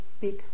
big